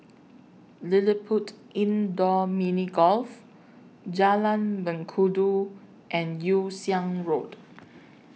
LilliPutt Indoor Mini Golf Jalan Mengkudu and Yew Siang Road